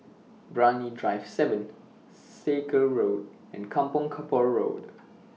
Brani Drive seven Sakra Road and Kampong Kapor Road